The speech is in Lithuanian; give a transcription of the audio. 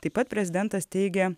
taip pat prezidentas teigia